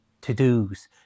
to-dos